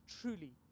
truly